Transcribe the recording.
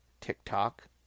TikTok